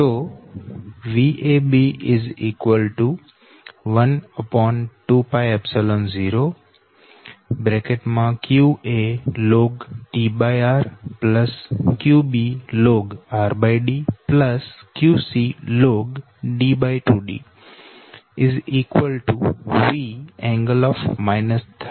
તોVab120 qaln Dr qbln rD qcln D2D Vㄥ 300